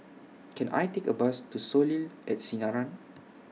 Can I Take A Bus to Soleil At Sinaran